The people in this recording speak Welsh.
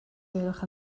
gwelwch